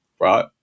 right